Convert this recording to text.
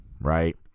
right